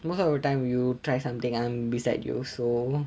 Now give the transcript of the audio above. most of the time you try something I'm beside you also